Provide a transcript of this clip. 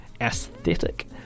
aesthetic